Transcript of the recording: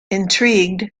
intrigued